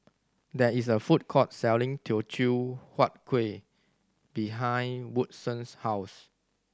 there is a food court selling Teochew Huat Kueh behind Woodson's house